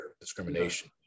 discrimination